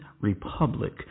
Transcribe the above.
Republic